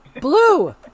Blue